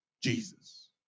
Jesus